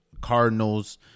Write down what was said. Cardinals